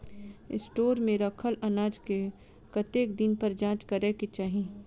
Store मे रखल अनाज केँ कतेक दिन पर जाँच करै केँ चाहि?